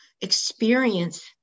experience